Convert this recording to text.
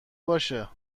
باشه